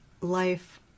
life